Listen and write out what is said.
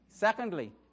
Secondly